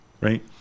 right